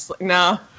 no